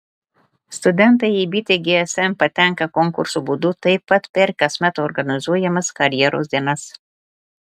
studentai į bitę gsm patenka konkursų būdu taip pat per kasmet organizuojamas karjeros dienas